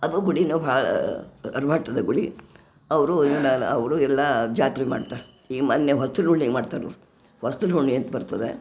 ಅದು ಗುಡಿನು ಭಾಳ ಹನುಮಂತನ ಗುಡಿ ಅವರು ಅವರು ಎಲ್ಲಾ ಜಾತ್ರೆ ಮಾಡ್ತಾರೆ ಈಗ ಮೊನ್ನೆ ಮಾಡ್ತಾರೆ ಅಂತ ಬರ್ತದ